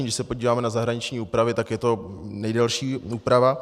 Když se podíváme na zahraniční úpravy, tak je to nejdelší úprava.